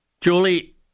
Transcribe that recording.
Julie